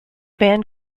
band